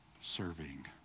serving